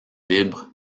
libre